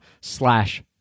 slash